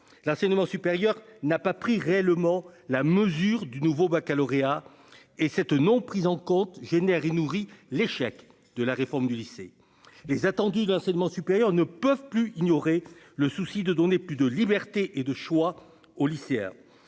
L'enseignement supérieur n'a pas pris réellement la mesure du nouveau baccalauréat et cette non-prise en compte génère et nourrit l'échec de la réforme du lycée. Les attendus de l'enseignement supérieur ne peuvent plus ignorer le souci de donner plus de liberté et de choix aux lycéens